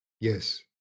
Yes